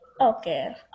Okay